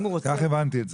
כך הבנתי את זה.